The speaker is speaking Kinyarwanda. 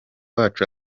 wacu